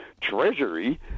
treasury